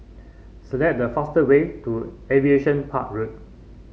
select the fastest way to Aviation Park Road